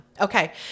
Okay